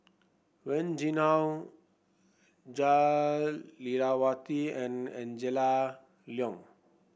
Wen Jinhua Jah Lelawati and Angela Liong